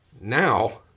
Now